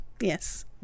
Yes